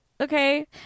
Okay